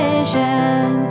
Vision